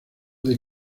del